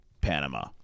Panama